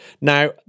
Now